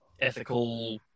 ethical